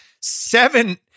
seven